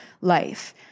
life